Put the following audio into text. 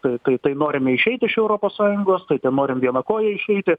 tai tai tai norime išeit iš europos sąjungos tai ten norim viena koja išeiti